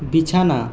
বিছানা